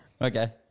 Okay